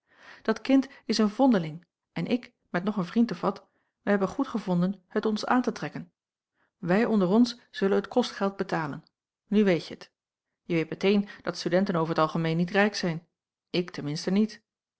dat kind is een vondeling en ik met nog een vriend of wat wij hebben goedgevonden het ons aan te trekken wij onder ons zullen het kostgeld betalen nu weet je t je weet meteen dat studenten over t algemeen niet rijk zijn ik ten minste niet